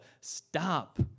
stop